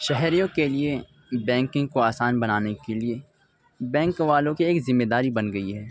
شہریوں کے لیے بینکنگ کو آسان بنانے کے لیے بینک والوں کی ایک ذمہ داری بن گئی ہے